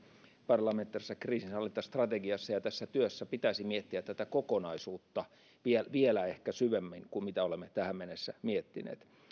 parlamentaarisessa kriisinhallintastrategiassa ja tässä työssä pitäisi miettiä tätä kokonaisuutta vielä ehkä syvemmin kuin mitä olemme tähän mennessä miettineet